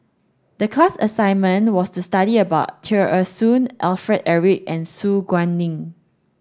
the class assignment was to study about Tear Ee Soon Alfred Eric and Su Guaning